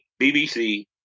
BBC